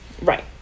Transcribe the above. right